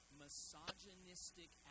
misogynistic